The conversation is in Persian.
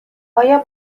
آیا